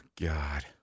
God